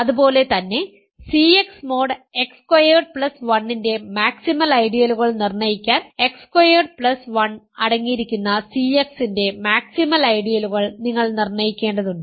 അതുപോലെതന്നെ CX mod x squared plus 1 ന്റെ maximal ഐഡിയലുകൾ നിർണ്ണയിക്കാൻ X സ്ക്വയേർഡ് പ്ലസ് 1 അടങ്ങിയിരിക്കുന്ന CX ന്റെ മാക്സിമൽ ഐഡിയലുകൾ നിങ്ങൾ നിർണ്ണയിക്കേണ്ടതുണ്ട്